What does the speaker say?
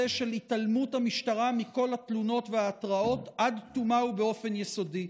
של התעלמות המשטרה מכל התלונות וההתראות עד תומה ובאופן יסודי.